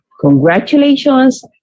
congratulations